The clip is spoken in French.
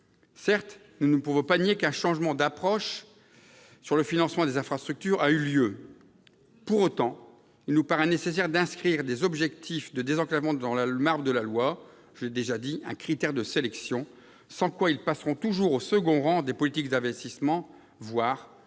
Certes, nous ne pouvons pas nier qu'un changement d'approche, en matière de financement des infrastructures, est intervenu. Pour autant, il nous paraît nécessaire d'inscrire des objectifs de désenclavement dans le marbre de la loi, d'en faire un critère de sélection, sinon ils passeront toujours au second plan dans les politiques d'investissements et risqueront